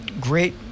great